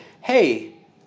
hey